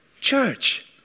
church